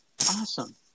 Awesome